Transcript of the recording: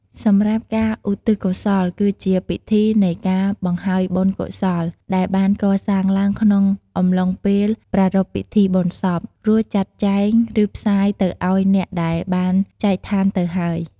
សម្រាប់ការ ឧទ្ទិសកុសល គឺជាពិធីនៃការបង្ហើយបុណ្យកុសលដែលបានកសាងឡើងក្នុងអំឡុងពេលប្រារព្ធពិធីបុណ្យសព រួចចាត់ចែង ឬផ្សាយទៅឲ្យអ្នកដែលបានចែកឋានទៅហើយ។